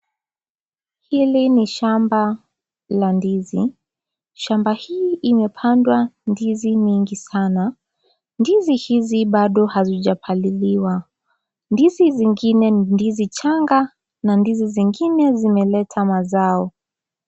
Hili ni shamba la ndizi. Shamba hii imepandwa ndizi nyingi sana. Ndizi hizi bado hazijapaliliwa. Ndizi zingine ni ndizi changa na ndizi nzingine zimeleta mazao.